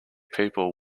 people